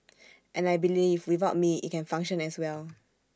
and I believe without me IT can function as well